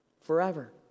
forever